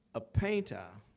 a painter,